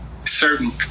certain